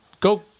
go